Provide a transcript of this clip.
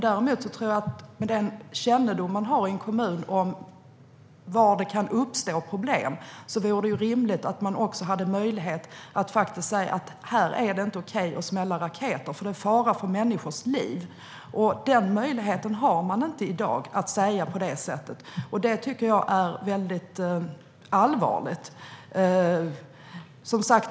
Däremot tror jag att det med den kännedom man har i en kommun om var problem kan uppstå vore rimligt att man också hade möjlighet att säga: Här är det inte okej att smälla raketer, för det är fara för människors liv. I dag har man inte möjlighet att säga på det viset, och det tycker jag är allvarligt.